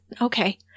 okay